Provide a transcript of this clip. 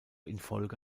infolge